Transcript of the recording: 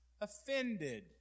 offended